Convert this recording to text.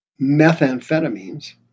methamphetamines